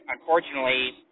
unfortunately